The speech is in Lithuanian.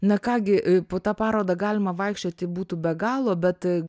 na ką gi po tą parodą galima vaikščioti būtų be galo bet